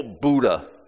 Buddha